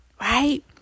right